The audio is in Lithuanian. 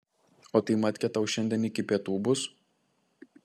o tai matkė tau šiandien iki pietų bus